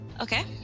okay